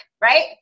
right